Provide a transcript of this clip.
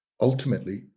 ultimately